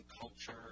culture